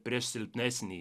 prieš silpnesnį